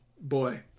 Boy